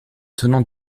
tenant